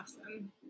awesome